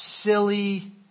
silly